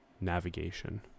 navigation